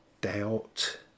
doubt